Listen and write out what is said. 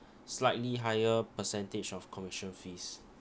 slightly higher percentage of commercial fees